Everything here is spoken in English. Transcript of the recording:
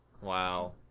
Wow